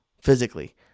physically